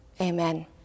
Amen